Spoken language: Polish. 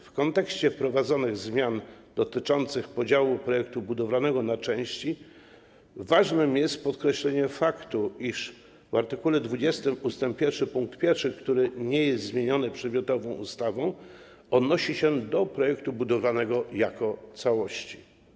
W kontekście wprowadzonych zmian dotyczących podziału projektu budowlanego na części ważne jest podkreślenie faktu, iż w art. 20 ust. 1 pkt 1, który nie jest zmieniony przedmiotową ustawą, odnosi się do projektu budowlanego jako całości.